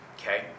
okay